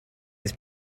this